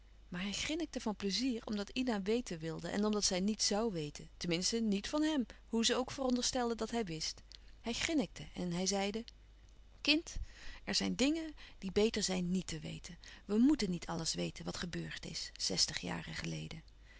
maar hij grinnikte van pleizier omdat ina weten wilde en omdat zij niet zoû weten ten minste niet van hem hoe ze ook veronderstelde dat hij wist hij grinnikte en hij zeide kind er zijn dingen die beter zijn niet te weten we moèten niet alles weten wat gebeurd is zestig jaren geleden